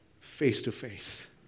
face-to-face